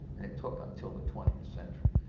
and it took until the twentieth century.